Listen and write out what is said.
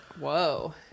whoa